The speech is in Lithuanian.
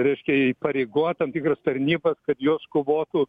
reiškia įpareigot tam tikras tarnybas kad jos kovotų